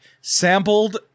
sampled